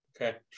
Okay